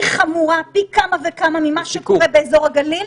חמורה פי כמה וכמה ממה שקורה באזור הגליל.